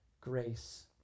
grace